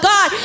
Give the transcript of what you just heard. God